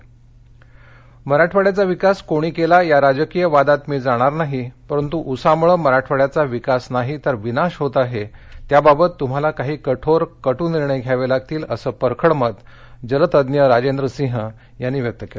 अनुशेष मराठवाड्याचा विकास कोणी केला या राजकीय वादात मी जाणार नाही परंतु उसामुळे मराठवाड्याचा विकास नाही तर विनाश होत आहे त्याबाबत तुम्हाला काही कठोर कट् निर्णय घ्यावे लागतील असं परखड मत जलतज्ञ राजेंद्र सिंह यांनी व्यक्त केलं